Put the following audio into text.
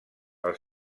als